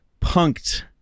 Punked